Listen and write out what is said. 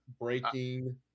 Breaking